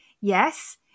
Yes